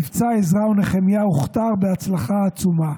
מבצע עזרא ונחמיה הוכתר בהצלחה עצומה.